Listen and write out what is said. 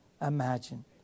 imagine